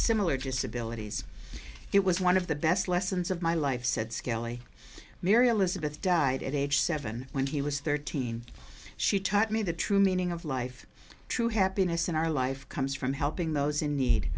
similar disabilities it was one of the best lessons of my life said skelly mary elizabeth died at age seven when he was thirteen she taught me the true meaning of life true happiness in our life comes from helping those in need